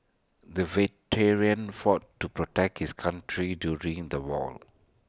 the veteran fought to protect his country during the war